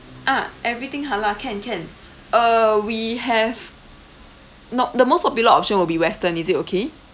ah everything halal can can uh we have not the most popular option will be western is it okay